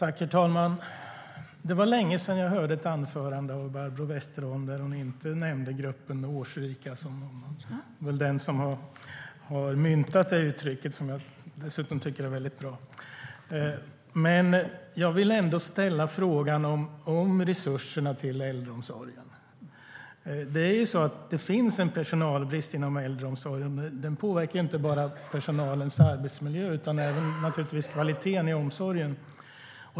Herr talman! Det var länge sedan jag hörde ett anförande av Barbro Westerholm där hon inte nämnde gruppen årsrika. Det är hon som har myntat uttrycket, som jag dessutom tycker är väldigt bra. Det finns en personalbrist inom äldreomsorgen, och den påverkar inte bara personalens arbetsmiljö utan naturligtvis även kvaliteten i omsorgen.